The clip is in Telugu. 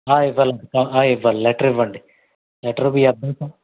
ఇవ్వాలండి ఇవ్వాలి లెటరు ఇవ్వండి లెటరు మీ అడ్రెస్సు